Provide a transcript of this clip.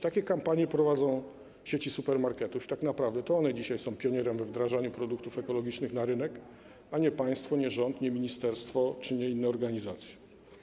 Takie kampanie prowadzą sieci supermarketów i tak naprawdę to one dzisiaj są pionierami we wdrażaniu produktów ekologicznych na rynku, a nie państwo, rząd, ministerstwo czy inne organizacje.